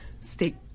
State